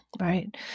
Right